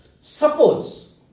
Suppose